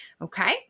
Okay